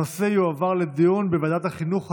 הנושא יועבר לדיון בוועדת החינוך,